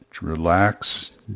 relax